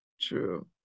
True